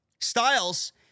Styles